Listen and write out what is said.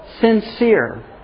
sincere